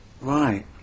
Right